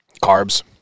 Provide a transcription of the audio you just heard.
carbs